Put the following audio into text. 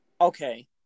okay